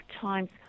times